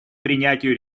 принятию